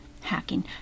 hacking